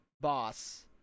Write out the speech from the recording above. boss